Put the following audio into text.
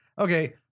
okay